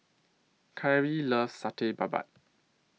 Cari loves Satay Babat